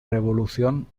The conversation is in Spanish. revolución